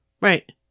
Right